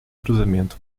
cruzamento